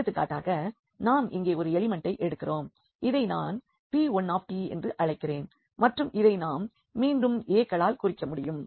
எடுத்துக்காட்டாக நாம் இங்கே ஒரு எலிமெண்ட்டை எடுக்கிறோம் இதை நான் p1 என்று அழைக்கிறேன் மற்றும் இதை நாம் மீண்டும் a க்களால் குறிக்க முடியும்